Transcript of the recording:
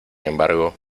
embargo